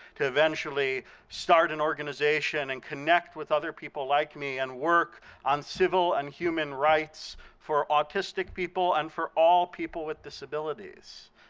to eventually start an organization and connect with other people like me, and work on civil and human rights for autistic people and for all people with disabilities.